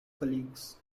colleagues